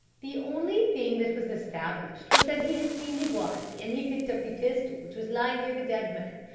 the only thing that was established was that he had seen the body and he picked up the pistol which was lying near the dead man.